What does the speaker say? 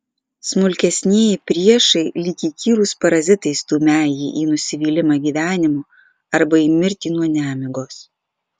smulkesnieji priešai lyg įkyrūs parazitai stumią jį į nusivylimą gyvenimu arba į mirtį nuo nemigos